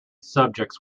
subjects